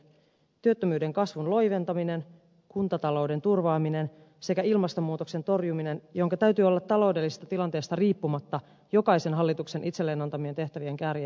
työttömyyden kasvun loiventaminen kuntatalouden turvaaminen sekä ilmastonmuutoksen torjuminen jonka täytyy olla taloudellisesta tilanteesta riippumatta jokaisen hallituksen itselleen antamien tehtävien kärjessä